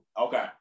Okay